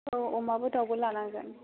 औ अमाबो दाउबो लानांगोन